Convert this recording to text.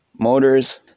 motors